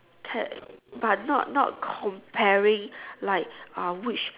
but not not comparing like uh which